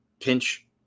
pinch